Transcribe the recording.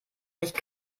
nicht